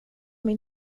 min